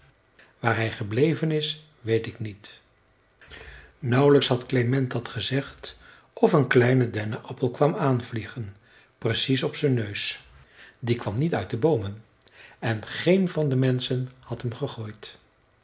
waar hij gebleven is weet ik niet nauwelijks had klement dat gezegd of een kleine dennenappel kwam aanvliegen precies op zijn neus die kwam niet uit de boomen en geen van de menschen had hem gegooid